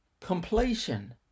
completion